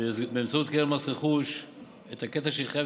באמצעות קרן מס רכוש את הקטע שהיא חייבת